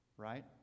right